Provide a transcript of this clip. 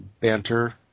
banter